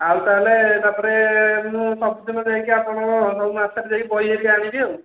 ଆଉ ତାହେଲେ ତାପରେ ମୁଁ ସବୁଦିନ ଯାଇକି ଆପଣଙ୍କ ମାସରେ ଯାଇକି ବହି ହେରିକା ଆଣିବି ଆଉ